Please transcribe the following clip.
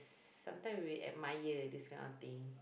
sometimes we admire this kind of thing